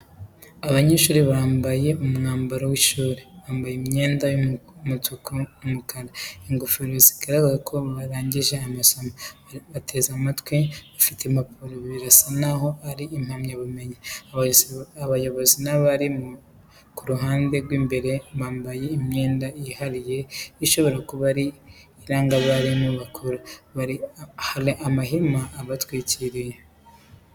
Abanyeshuri bambaye umwambaro w’ishuri. Bambaye imyenda y’umutuku n’umukara n’ingofero zigaragaza ko barangije amasomo. Bateze amatwi, bafite impapuro birasa naho ari impamyabumenyi. Abayobozi n’abarimu ku ruhande rw’imbere bambaye imyenda yihariye ishobora kuba iranga abarimu bakuru, hari amahema abatwikiriye.